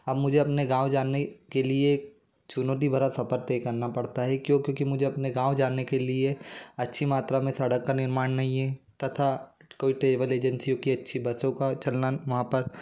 अब मुझे अपने गाँव जाने के लिए चुनौती भरा सफ़र तय करना पड़ता है क्यों क्योंकि मुझे अपने गाँव जाने के लिए अच्छी मात्रा में सड़क का निर्माण नहीं है तथा कोई ट्रेवल एजेंसीयों की अच्छी बसों का चलना वहाँ पर